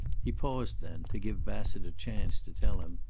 he paused then, to give bassett a chance to tell him,